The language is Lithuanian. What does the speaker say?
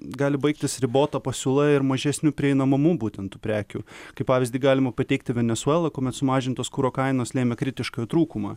gali baigtis ribota pasiūla ir mažesniu prieinamumu būtent tų prekių kaip pavyzdį galima pateikti venesuelą kuomet sumažintos kuro kainos lėmė kritišką jo trūkumą